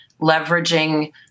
leveraging